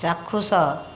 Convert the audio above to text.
ଚାକ୍ଷୁଷ